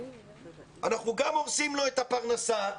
אנחנו גם הורסים לו את הפרנסה,